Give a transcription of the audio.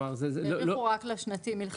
האריכו רק לשנתי מלכתחילה.